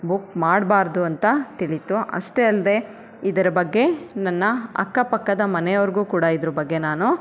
book ಮಾಡಬಾರ್ದು ಅಂತ ತಿಳೀತು ಅಷ್ಟೇ ಅಲ್ಲದೆ ಇದರ ಬಗ್ಗೆ ನನ್ನ ಅಕ್ಕಪಕ್ಕದ ಮನೆಯವ್ರಿಗೂ ಕೂಡ ಇದರ ಬಗ್ಗೆ ನಾನು